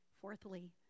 Fourthly